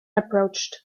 approached